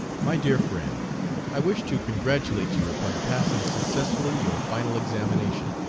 my dear friend i wish to congratulate you upon passing successfully your final examination,